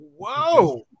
whoa